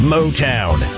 Motown